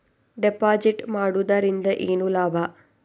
Deposit ಮಾಡುದರಿಂದ ಏನು ಲಾಭ?